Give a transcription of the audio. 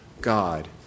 God